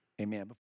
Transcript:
Amen